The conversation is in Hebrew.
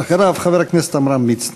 אחריו, חבר הכנסת עמרם מצנע.